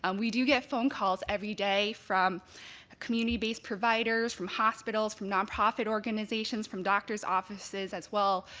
um we do get phone calls every day from community-based providers, from hospitals, from non-profit organizations, from doctors' offices as well,